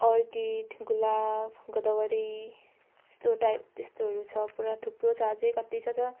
orchid गुलाब गदवरी त्यस्तो टाइप त्यस्तोहरू छ पुरा थुप्रो छ अझै कति छ छ